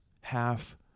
half